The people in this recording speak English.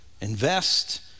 invest